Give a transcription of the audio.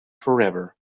forever